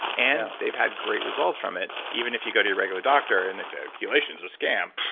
and they've had great results from it. even if you go to your regular doctor and they say, chelation is a scam,